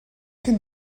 can